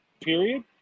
period